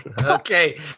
Okay